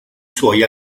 suoi